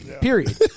period